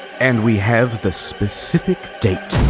and we have the specific date!